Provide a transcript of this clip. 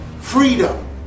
Freedom